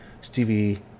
Stevie